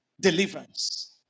Deliverance